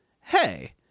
hey